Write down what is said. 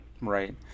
Right